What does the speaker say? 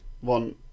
One